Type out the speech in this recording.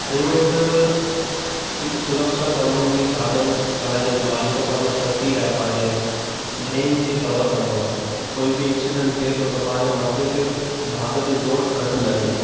helmet हिकु सुरक्षा संबंधी साधन खणाइजंदो आहे जेको पंहिंजे सेफ़्टी लाइ पंहिंजे ब्रेन खे कवर कंदो आहे त कोई बि एक्सीडेंट थिए थो त पंहिंजो मथे ते भाॻ ते चोट घटि लॻे